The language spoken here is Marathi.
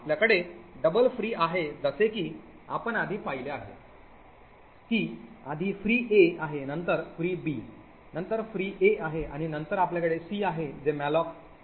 आपल्याकडे double free आहे जसे की आपण आधी पाहिले आहे की आधी free a आहे नंतर free b नंतर free a आहे आणि नंतर आपल्याकडे c आहे जे मॅलॉक 10 एवढे आहे